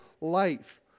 life